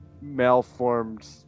malformed